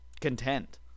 content